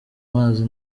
mazi